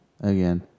again